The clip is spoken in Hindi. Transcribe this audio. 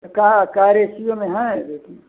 तो कहाँ कै रेशियो में है रेटिंग